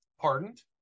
Pardoned